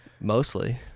mostly